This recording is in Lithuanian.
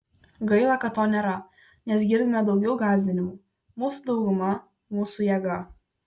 gaila kad to nėra nes girdime daugiau gąsdinimų mūsų dauguma mūsų jėga